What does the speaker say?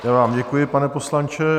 Já vám děkuji, pane poslanče.